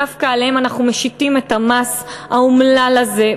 דווקא עליהן אנחנו משיתים את המס האומלל הזה,